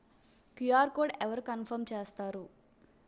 QR code అవరు కన్ఫర్మ్ చేస్తారు?